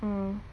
mm